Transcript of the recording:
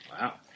wow